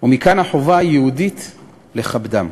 ומכאן החובה היהודית לכבדם.